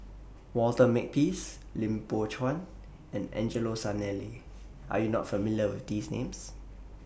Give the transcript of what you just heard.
Walter Makepeace Lim Biow Chuan and Angelo Sanelli Are YOU not familiar with These Names